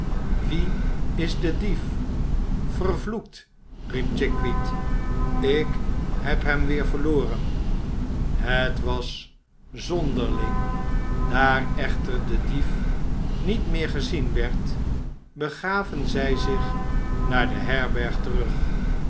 wie is de dief vervloekt riep chickweed ik heb hem weer verloren het was zonderling daar echter de dief niet meer gezien werd begaven zij zich naar de herberg terug